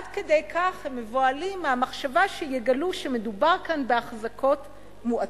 עד כדי כך הם מבוהלים מהמחשבה שמדובר כאן באחזקות מועטות.